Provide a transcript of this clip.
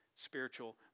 spiritual